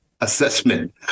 assessment